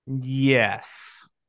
Yes